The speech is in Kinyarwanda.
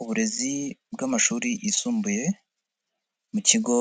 Uburezi bw'amashuri yisumbuye mu kigo